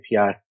API